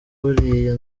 buriya